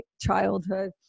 childhood